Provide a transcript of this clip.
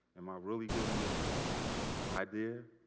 am i really giving this idea